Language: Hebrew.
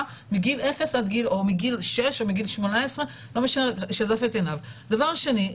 מגיל 0 או מגיל 6 או מגיל 18. דבר שני,